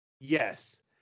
Yes